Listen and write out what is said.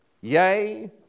Yea